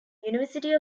university